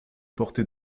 porter